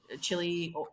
chili